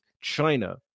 China